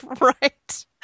Right